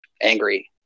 angry